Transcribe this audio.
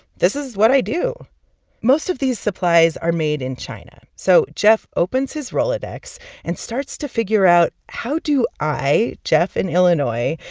this is what i do most of these supplies are made in china, so jeff opens his rolodex and starts to figure out, how do i, jeff in illinois,